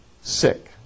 sick